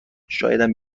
شایدم